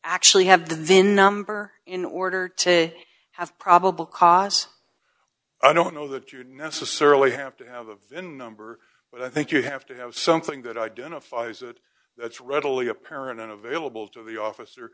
actually have the vin number in order to have probable cause i don't know that you necessarily have to have them in number but i think you have to have something that identifies it that's readily apparent unavailable to the office or